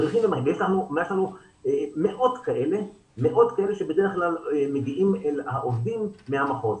יש לנו מאות כאלה שבדרך כלל מגיעים אל העובדים מהמחוז.